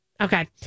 Okay